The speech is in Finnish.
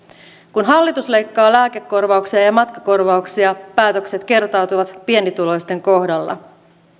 kun hallitus leikkaa lääkekorvauksia ja ja matkakorvauksia päätökset kertautuvat pienituloisten kohdalla